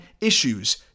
issues